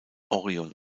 orion